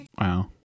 Wow